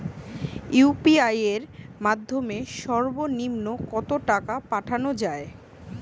UPI এর মাধ্যমে সর্ব নিম্ন কত টাকা পাঠানো য়ায়?